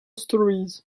stories